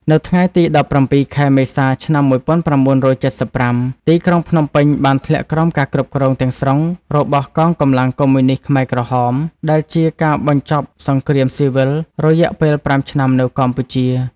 នៅថ្ងៃទី ១៧ ខែមេសា ឆ្នាំ ១៩៧៥ ទីក្រុងភ្នំពេញបានធ្លាក់ក្រោមការគ្រប់គ្រងទាំងស្រុងរបស់កងកម្លាំងកុម្មុយនីស្តខ្មែរក្រហម ដែលជាការបញ្ចប់សង្គ្រាមស៊ីវិលរយៈពេល ៥ ឆ្នាំនៅកម្ពុជា។